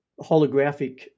holographic